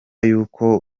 y’uko